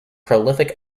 prolific